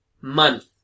month